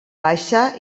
baixa